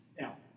Now